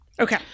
Okay